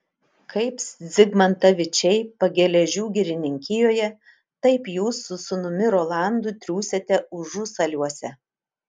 kaip zigmantavičiai pageležių girininkijoje taip jūs su sūnumi rolandu triūsiate užusaliuose